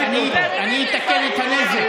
אני אתקן את הנזק.